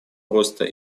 роста